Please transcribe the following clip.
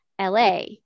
LA